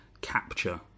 capture